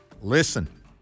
listen